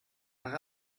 nach